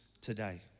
today